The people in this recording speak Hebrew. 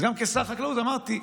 אז גם כשר חקלאות אמרתי: